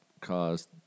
caused